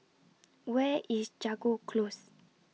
Where IS Jago Close